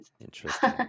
Interesting